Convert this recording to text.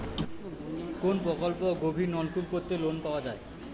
কোন প্রকল্পে গভির নলকুপ করতে লোন পাওয়া য়ায়?